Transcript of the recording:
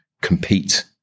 compete